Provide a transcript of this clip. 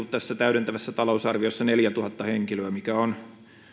tässä täydentävässä talousarviossa on mainittu neljätuhatta henkilöä mikä on